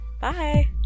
Bye